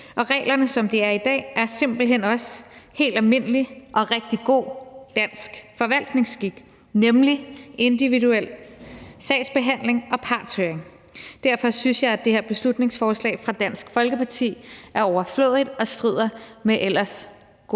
reglerne, som de er i dag, er simpelt hen også udtryk for helt almindelig og rigtig god dansk forvaltningsskik, nemlig individuel sagsbehandling og partshøring. Derfor synes jeg, at det her beslutningsforslag fra Dansk Folkeparti er overflødigt og strider mod god,